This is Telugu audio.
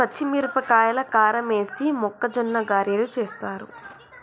పచ్చిమిరపకాయల కారమేసి మొక్కజొన్న గ్యారలు చేస్తారు